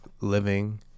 living